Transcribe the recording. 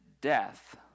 death